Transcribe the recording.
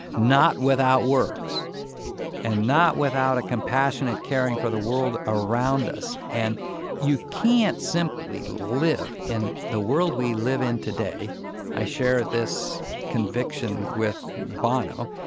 not without works and not without a compassionate caring for the world around us. and you can't simply live in the world we live in today i share this conviction with bono